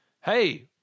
hey